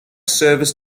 service